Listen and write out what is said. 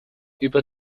über